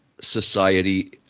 society